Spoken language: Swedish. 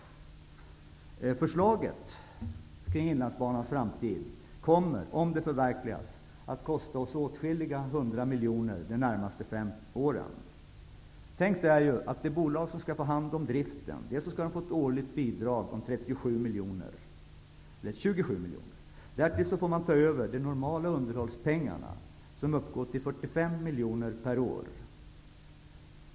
Förslagen kring Inlandsbanans framtid kommer, om de förverkligas, att kosta oss åtskilliga hundra miljoner de närmaste fem åren. Tänkt är, att det bolag som skall ta hand om driften skall få ett årligt bidrag om 27 miljoner. Därtill får man ta över de normala underhållspengarna, som uppgår till 45 miljoner per år.